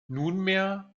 nunmehr